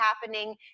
happening